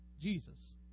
Jesus